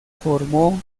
formó